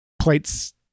plates